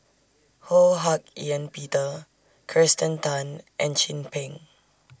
Ho Hak Ean Peter Kirsten Tan and Chin Peng